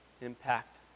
impact